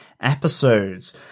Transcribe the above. episodes